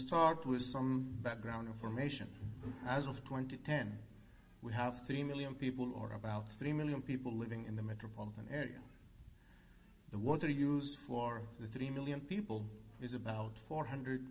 start with some background information as of twenty ten we have three million people or about three million people living in the metropolitan area the want to use for the thirty million people is about four hundred